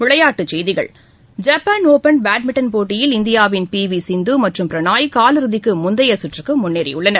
விளையாட்டுச் செய்திகள் Japan open badminton போட்டியில் இந்தியாவின் பி வி சிந்து மற்றம் பிரனாய் காலிறுதிக்கு முந்தைய சுற்றுக்கு முன்னேறியுள்ளனர்